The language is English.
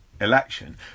election